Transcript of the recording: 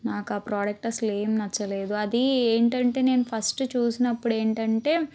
నాకా ఆ ప్రాడక్ట్ అసలేం నచ్చలేదు అది ఏంటంటే నేను ఫస్ట్ చూసినప్పుడు ఏంటంటే